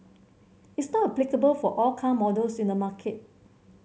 it's not applicable for all car models in the market